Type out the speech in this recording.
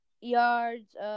yards